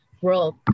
world